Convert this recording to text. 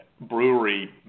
brewery